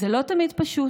זה לא תמיד פשוט.